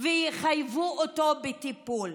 ויחייבו אותו בטיפול.